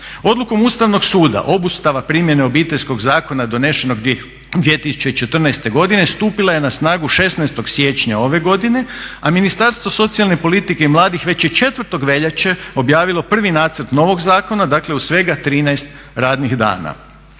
odlukom Ustavnog suda obustava primjene Obiteljskog zakona donesenog 2014.godine stupila je na snagu 16.siječnja ove godine, a Ministarstvo socijalne politike i mladih već je 4.veljače objavilo prvi nacrt novog zakona dakle u svega 13 radnih dana.